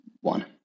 one